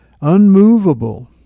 unmovable